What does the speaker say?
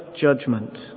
judgment